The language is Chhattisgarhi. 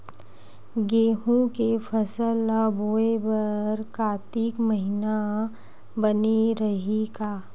गेहूं के फसल ल बोय बर कातिक महिना बने रहि का?